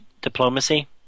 Diplomacy